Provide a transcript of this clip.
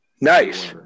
Nice